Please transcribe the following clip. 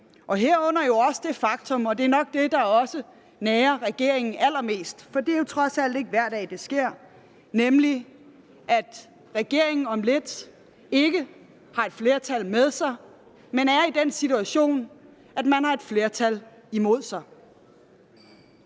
dag, herunder også det faktum – og det er nok det, der nager regeringen allermest, for det er trods alt ikke hver dag, det sker – at regeringen om lidt ikke har et flertal med sig, men er i den situation, at man har et flertal imod sig.